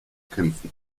kämpfen